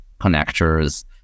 connectors